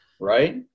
right